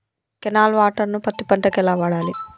Canal water ను పత్తి పంట కి ఎలా వాడాలి?